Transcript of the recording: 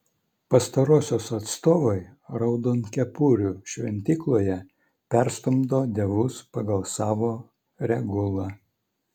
pastarosios atstovai raudonkepurių šventykloje perstumdo dievus pagal savo regulą